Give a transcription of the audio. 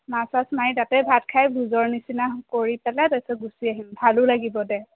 মাছ চাছ মাৰি তাতে ভাত খায় ভোজৰ নিচিনা কৰি পেলাই তাৰপিছত গুচি আহিম ভালো লাগিব দে